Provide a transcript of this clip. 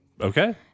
Okay